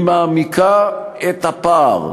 היא מעמיקה את הפער,